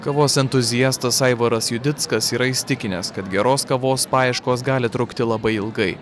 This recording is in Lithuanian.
kavos entuziastas aivaras judickas yra įsitikinęs kad geros kavos paieškos gali trukti labai ilgai